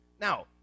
Now